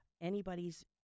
anybody's